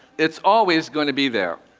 it's always going to be there,